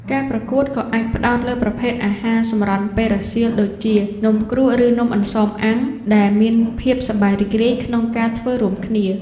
ការប្រកួតក៏អាចផ្ដោតលើប្រភេទ អាហារសម្រន់ពេលរសៀល ដូចជា នំគ្រក់ ឬនំអន្សមអាំង ដែលមានភាពសប្បាយរីករាយក្នុងការធ្វើរួមគ្នា។